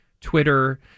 Twitter